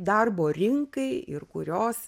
darbo rinkai ir kurios